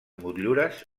motllures